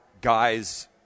guys